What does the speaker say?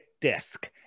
disc